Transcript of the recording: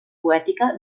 poètica